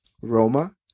Roma